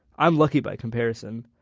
i'm lucky by comparison.